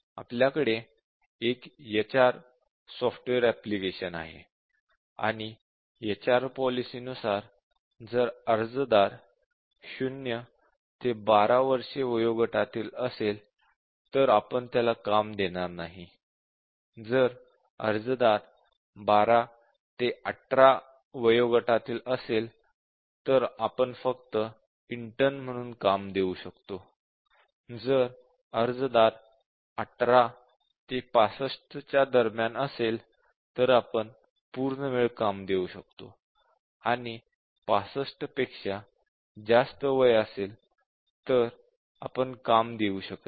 आपल्याकडे एक HR software application आहे आणि HR पॉलिसी नुसार जर अर्जदार 0 ते 12 वर्षे वयोगटातील असेल तर आपण त्याला काम देणार नाही जर अर्जदार 12 ते 18 वर्षे वयोगटातील असेल तर आपण फक्त इंटर्न म्हणून काम देऊ शकतो जर अर्जदार 18 ते 65 च्या दरम्यान असेल तर आपण पूर्ण वेळ काम देऊ शकतो आणि 65 पेक्षा जास्त वय असेल तर आपण काम देऊ शकत नाही